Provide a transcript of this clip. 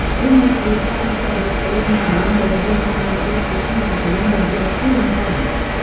almost all pakistanis belong to the indo-iranian linguistic group of the indo-european branch.